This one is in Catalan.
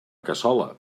cassola